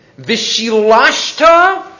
vishilashta